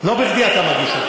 לא בכדי אתה מגיש אותה.